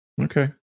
Okay